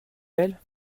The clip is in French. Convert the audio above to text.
elles